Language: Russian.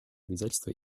обязательства